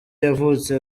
yavutse